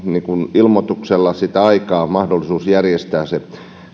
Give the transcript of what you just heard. ilmoituksella aikaa mahdollisuus järjestää se